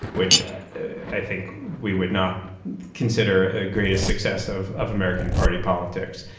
which i think we would not consider a greatest success of of american party politics.